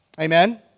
Amen